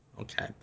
Okay